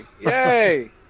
Yay